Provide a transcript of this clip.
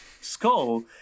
skull